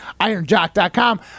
ironjock.com